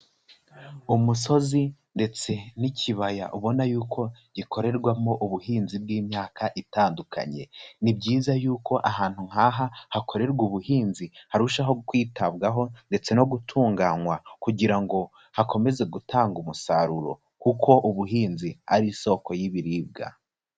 Umusozi ndetse n'ikibaya ubona yuko gikorerwamo ubuhinzi bw'imyaka itandukanye, ni byiza yuko ahantu nk'aha hakorerwa ubuhinzi harushaho kwitabwaho ndetse no gutunganywa kugira ngo hakomeze gutanga umusaruro kuko ubuhinzi ari isoko y'ibiribwa.